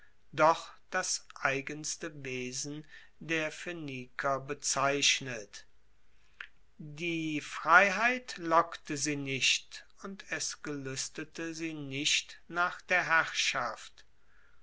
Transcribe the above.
doch das eigenste wesen der phoeniker bezeichnet die freiheit lockte sie nicht und es geluestete sie nicht nach der herrschaft